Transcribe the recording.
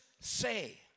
say